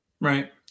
right